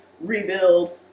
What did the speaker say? rebuild